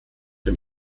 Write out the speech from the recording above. dem